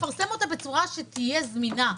בצורה שתהיה זמינה.